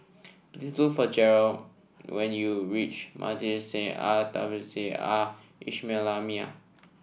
please look for Garold when you reach Madrasah Al Tahzibiah Al Islamiah